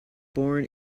born